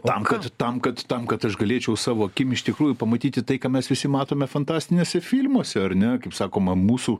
tam kad tam kad tam kad aš galėčiau savo akim iš tikrųjų pamatyti tai ką mes visi matome fantastiniuose filmuose ar ne kaip sakoma mūsų